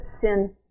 sin